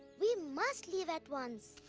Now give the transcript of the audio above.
we must leave at once.